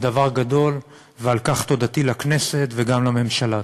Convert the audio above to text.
דבר גדול, ועל כך תודתי לכנסת וגם לממשלה.